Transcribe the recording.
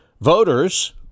voters